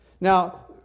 Now